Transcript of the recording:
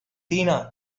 tina